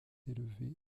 élevé